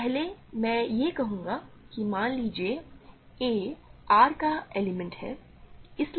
तो पहले मैं यह कहूँगा और मान लीजिए कि a R का एक एलिमेंट है ठीक है